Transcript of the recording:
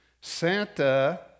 Santa